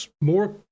more